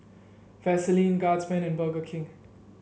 Vaseline Guardsman and Burger King